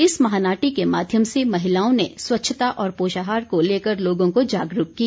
इस महानाटी के माध्यम से महिलाओं ने स्वच्छता और पोषाहार को लेकर लोगों को जागरूक किया